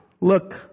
look